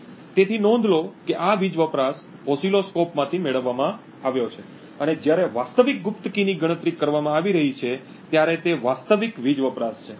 તેથી નોંધ લો કે આ વીજ વપરાશ ઓસિલોસ્કોપમાંથી મેળવવામાં આવ્યો છે અને જ્યારે વાસ્તવિક ગુપ્ત કીની ગણતરી કરવામાં આવી રહી છે ત્યારે તે વાસ્તવિક વીજ વપરાશ છે